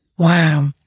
Wow